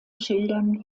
schildern